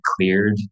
cleared